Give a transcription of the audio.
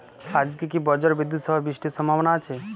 আজকে কি ব্রর্জবিদুৎ সহ বৃষ্টির সম্ভাবনা আছে?